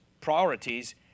priorities